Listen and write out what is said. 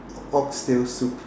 ox tail soup